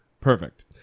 Perfect